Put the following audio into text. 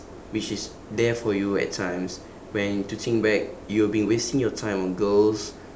which is there for you at times when to think back you have been wasting your time on girls